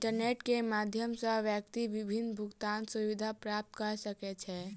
internet के माध्यम सॅ व्यक्ति विभिन्न भुगतान सुविधा प्राप्त कय सकै छै